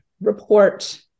report